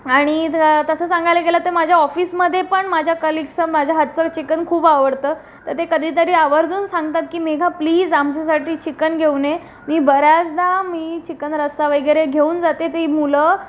आणि तसं सांगायला गेलं तर माझ्या कलीग्जना माझ्या हातचं चिकन खूप आवडतं तर ते कधीतरी आवर्जून सांगतात की मेघा प्लीज आमच्यासाठी चिकन घेऊन ये मी बऱ्याचदा चिकन रस्सा वगैरे घेऊन जाते ती मुलं